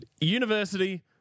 University